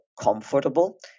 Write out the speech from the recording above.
comfortable